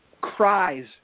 cries